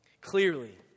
Clearly